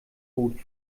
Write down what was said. bot